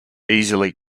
easily